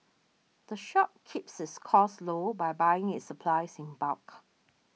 the shop keeps its costs low by buying its supplies in bulk